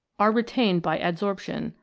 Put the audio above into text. are re tained by adsorption,